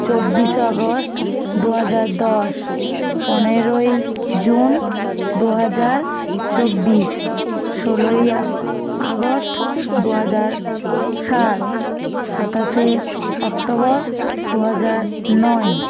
চব্বিশে আগস্ট দু হাজার দশ পনেরোই জুন দু হাজার চব্বিশ ষোলোই আগস্ট দু হাজার সাত সাতাশে অক্টোবর দু হাজার নয়